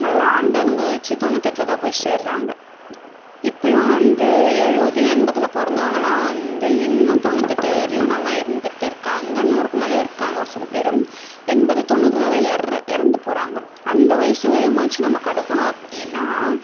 நல்லா ஆண்டு அனுவிச்சு தொண்ணூத்தெட்டில் தான் போய் சேர்றாங்கள் இப்பயும் வந்து எழுவது எண்பதில் பிறந்தவங்கள்லாம் வந்து இன்னும் தொண்ணூத்தெட்டு வரையும் நல்லா இருந்துட்டு இருக்காங்கள் நூறுக்கு மேலேயும் இருக்காங்கள் ஒரு சில பேர் எண்பது தொண்ணூறில் தான் எற இறந்து போகிறாங்க அந்த வயது வரையுமாச்சும் நம்ம கடக்கணும் அப்படின்னா